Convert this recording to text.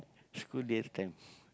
school they have time